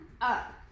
Up